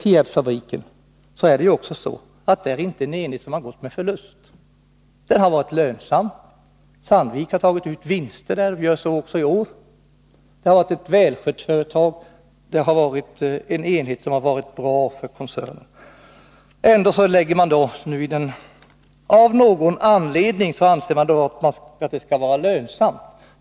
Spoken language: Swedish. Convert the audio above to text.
Tierpsfabriken är inte en enhet som har gått med förlust. Den har varit lönsam. Sandvik har tagit ut vinster där och gör så även i år. Det har varit ett välskött företag. Det har varit en för koncernen bra enhet. Av någon anledning anser man nu att det absolut måste vara lönsamt.